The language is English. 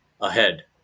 ahead